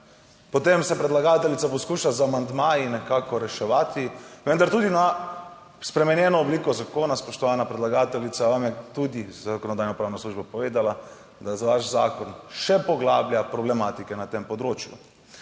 potem se predlagateljica poskuša z amandmaji nekako reševati, vendar tudi na spremenjeno obliko zakona, spoštovana predlagateljica, vam je tudi Zakonodajno-pravna služba povedala, da vaš zakon še poglablja problematike na tem področju.